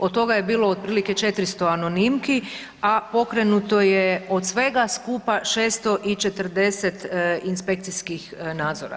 Od toga je bilo otprilike 400 anonimki, a pokrenuto je od svega skupa 640 inspekcijskih nadzora.